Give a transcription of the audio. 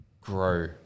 grow